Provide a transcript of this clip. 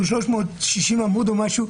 הוא כ-360 עמודים,